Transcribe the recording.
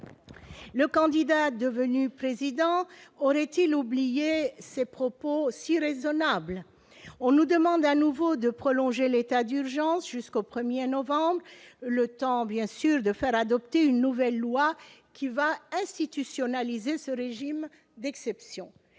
Le candidat devenu Président de la République aurait-il oublié ces propos si raisonnables ? On nous demande à nouveau de prolonger l'état d'urgence jusqu'au 1 novembre prochain, le temps de faire adopter une nouvelle loi qui va institutionnaliser ce régime d'exception.